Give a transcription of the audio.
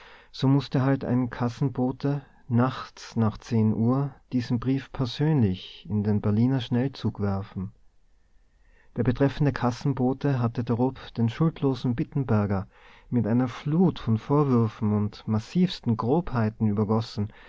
so mußte halt ein kassenbote nachts nach zehn uhr diesen brief persönlich in den berliner schnellzug werfen der betreffende kassenbote hatte darob den schuldlosen bittenberger mit einer flut von vorwürfen und massivsten grobheiten übergossen